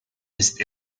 ist